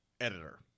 editor